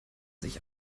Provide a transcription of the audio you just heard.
sich